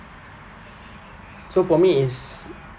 so for me it's